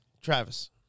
Travis